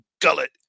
gullet